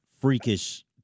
freakish